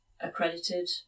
accredited